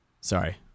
Sorry